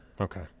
okay